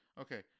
okay